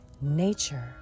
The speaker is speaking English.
nature